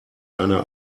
eine